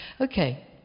okay